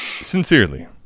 Sincerely